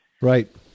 Right